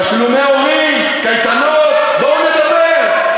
תשלומי הורים, קייטנות, בואו נדבר.